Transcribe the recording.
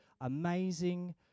amazing